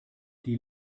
die